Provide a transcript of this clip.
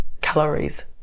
calories